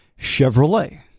chevrolet